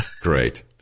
Great